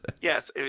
Yes